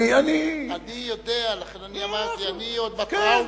אני יודע, לכן אני אמרתי: אני עוד בטראומה